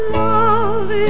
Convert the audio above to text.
love